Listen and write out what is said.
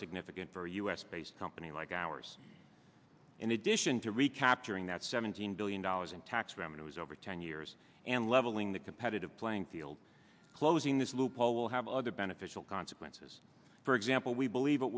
significant for a u s based company like ours in addition to recapturing that seventeen billion dollars in tax revenues over ten years and leveling the competitive playing field closing this loophole will have other beneficial consequences for example we believe it